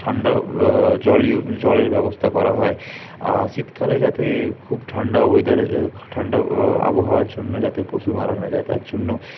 ঠান্ডা জলীয় জলের ব্যবস্থা করা হয় শীতকালে যাতে খুব ঠান্ডা ওয়েদারে ঠান্ডা আবহাওয়ার জন্য যাতে পশু মারা না যায় তার জন্য